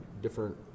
different